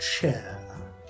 chair